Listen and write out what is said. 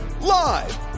Live